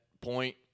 point